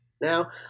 now